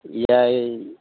ᱮᱭᱟᱭ